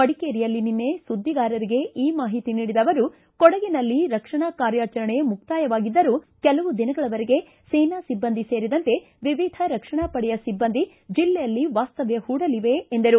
ಮಡಿಕೇರಿಯಲ್ಲಿ ನಿನ್ನೆ ಸುದ್ದಿಗಾರರಿಗೆ ಈ ಮಾಹಿತಿ ನೀಡಿದ ಅವರು ಕೊಡಗಿನಲ್ಲಿ ರಕ್ಷಣಾ ಕಾರ್ಯಾಚರಣೆ ಮುಕ್ತಾಯವಾಗಿದ್ದರೂ ಕೆಲವು ದಿನಗಳವರೆಗೆ ಸೇನಾ ಸಿಬ್ಬಂದಿ ಸೇರಿದಂತೆ ವಿವಿಧ ರಕ್ಷಣಾ ಪಡೆಯ ಸಿಬ್ಬಂದಿ ಜಿಲ್ಲೆಯಲ್ಲಿ ವಾಸ್ತವ್ಕ ಹೂಡಲಿವೆ ಎಂದರು